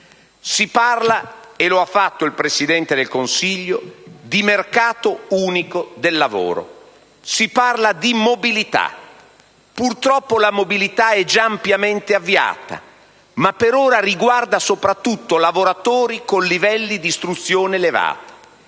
Si parla - e lo ha fatto il Presidente del Consiglio - di mercato unico del lavoro, si parla di mobilità. Purtroppo la mobilità è già ampiamente avviata, ma per ora riguarda soprattutto lavoratori con livelli di istruzione elevata.